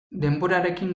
denborarekin